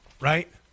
Right